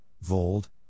Vold